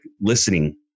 listening